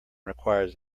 requires